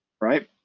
right